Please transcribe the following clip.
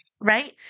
right